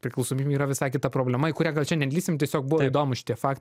priklausomybė yra visai kita problema į kurią gal šian nedlįsim tiesiog įdomūs šitie fakt